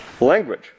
Language